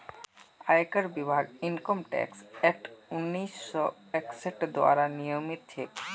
आयकर विभाग income tax act उन्नीस सौ इकसठ द्वारा नियमित छेक